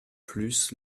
plus